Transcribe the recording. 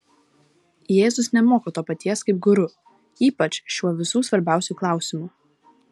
jėzus nemoko to paties kaip guru ypač šiuo visų svarbiausiu klausimu